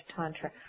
Tantra